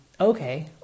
Okay